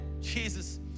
Jesus